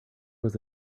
was